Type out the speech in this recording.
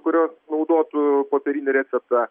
kurios naudotų popierinį receptą